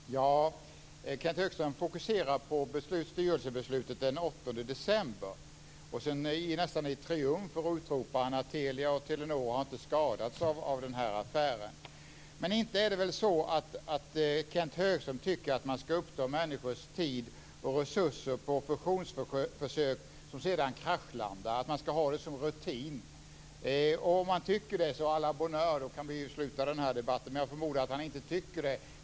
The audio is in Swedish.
Fru talman! Kenth Högström fokuserar på styrelsebeslutet den 8 december. Nästan i triumf utropar han att Telia och Telenor inte har skadats av affären. Inte är det väl så att Kenth Högström tycker att man som rutin ska uppta människors tid och resurser på fusionsförsök som sedan kraschlandar. Om man tycker så, så à la bonne heure, då kan vi sluta debatten. Jag förmodar att han inte tycker så.